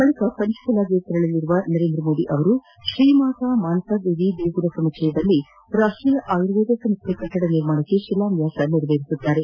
ಬಳಿಕ ಪಂಚಕುಲಾಗೆ ತೆರಳಲಿರುವ ನರೇಂದ್ರ ಮೋದಿ ಶ್ರೀ ಮಾತಾ ಮಾನಸಾ ದೇವಿ ದೇಗುಲ ಸಮುಚ್ಲಯದಲ್ಲಿ ರಾಷ್ಟೀಯ ಆಯುರ್ವೇದ ಸಂಸ್ಥೆ ಕಟ್ಟಡ ನಿರ್ಮಾಣಕ್ಕೆ ಶಿಲಾನ್ಲಾಸ ನೆರವೇರಿಸಲಿದ್ದಾರೆ